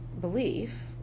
belief